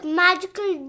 magical